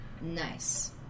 Nice